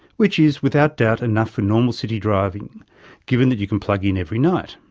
which is without doubt enough for normal city driving given that you can plug in every night.